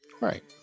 Right